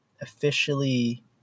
officially